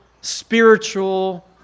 spiritual